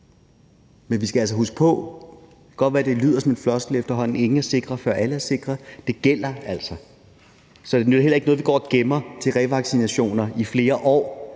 Men vi skal altså huske på, og det kan godt være, det lyder som en floskel efterhånden, at ingen er sikre, før alle er sikre. Det gælder altså. Så det nytter heller ikke noget, at vi går og gemmer til revaccination i flere år,